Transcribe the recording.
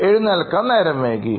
എഴുന്നേൽക്കാൻ നേരം വൈകി